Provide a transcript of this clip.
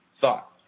thought